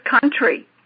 country